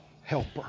helper